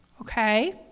okay